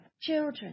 Children